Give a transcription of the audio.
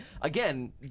again